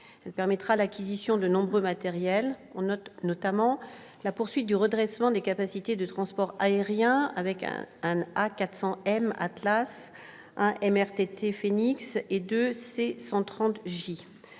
Elle permettra l'acquisition de nombreux matériels. Je salue notamment la poursuite du redressement des capacités de transport aérien, avec un A400 M Atlas, un MRTT Phénix deux C 130 J.